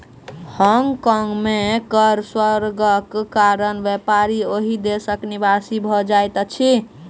Hong Kong में कर स्वर्गक कारण व्यापारी ओहि देशक निवासी भ जाइत अछिं